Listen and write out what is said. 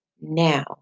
Now